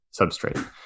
substrate